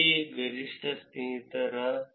k ಗರಿಷ್ಠ ಸ್ನೇಹಿತರು ನಿರ್ಣಯ ಪ್ರಕ್ರಿಯೆಯಿಂದ ಹೊರಗಿದ್ದಾರೆ